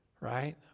Right